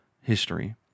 history